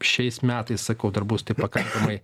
šiais metais sakau dar bustaip pakankamai